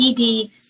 ED